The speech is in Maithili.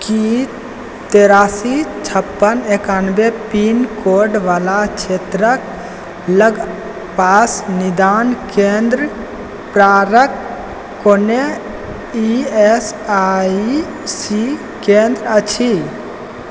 की तिरासी छप्पन एकानबे पिनकोडवला क्षेत्रक लगपास निदान केन्द्र प्रकारक कोनो ई एस आई सी केन्द्र अछि